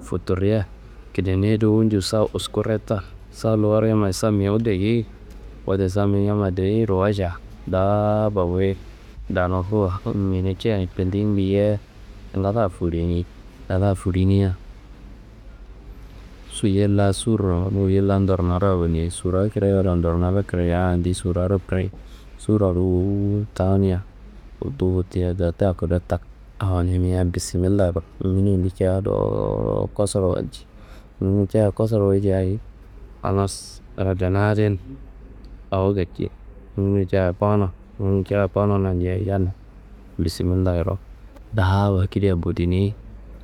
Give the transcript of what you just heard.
Fotorreia kidanei dowo njo sa wusku reta, sa luwar yamma sa mewu dayei. Wote sa mewu yamma dayeiro walcia daaba wuyi dano ko nginekia tendiyi ngiyia, ngala fulini, ngala fuilinia yilla surro awoni yilla ndornaro awoni surra kirayei yala la ndornaá kirayo andiyi surraro kiraye. Surra ruwud tawunia, guttuwu guttia gata kuduwu tak awonia Bisimillayiro ngununde caya dowo kosuro walci. Ngunu cayiya kosuro walca ayi? Halas wote na adin awo gaci, ngunu caya kowuno ngunu caya kowona yeyi yalla Bismillayiro, daaba kida bodinei.